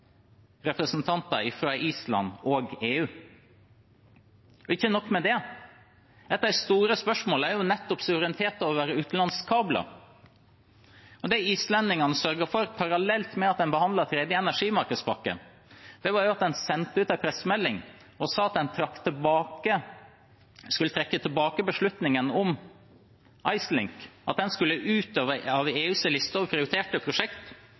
representanter fra Island og EU. Og ikke nok med det, et av de store spørsmålene er nettopp suverenitet over utenlandskabler. Det islendingene sørget for parallelt med at en behandlet den tredje energimarkedspakken, var at de sendte ut en pressemelding som sa at beslutningen om IceLink skulle trekkes tilbake, at den skulle ut av EUs liste over prioriterte prosjekt.